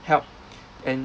help and